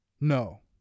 No